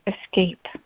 escape